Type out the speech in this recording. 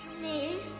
me.